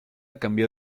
cambió